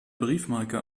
briefmarke